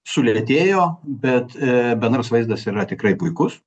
sulėtėjo bet bendras vaizdas yra tikrai puikus